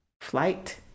flight